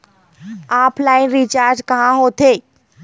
Offline recharge कहां होथे?